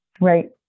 Right